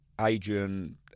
Adrian